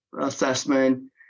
assessment